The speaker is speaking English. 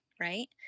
right